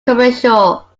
commercial